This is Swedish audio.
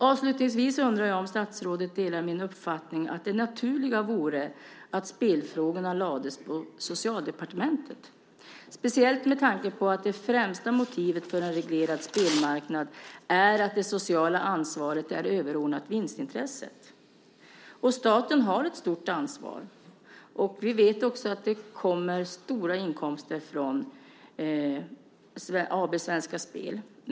Avslutningsvis undrar jag om statsrådet delar min uppfattning att det naturliga vore att spelfrågorna lades på Socialdepartementet, speciellt med tanke på att det främsta motivet för en reglerad spelmarknad är att det sociala ansvaret är överordnat vinstintresset. Staten har ett stort ansvar. Vi vet också att det kommer stora inkomster från AB Svenska Spel.